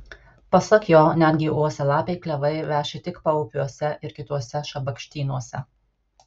pasak jo netgi uosialapiai klevai veši tik paupiuose ir kituose šabakštynuose